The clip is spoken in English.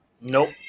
Nope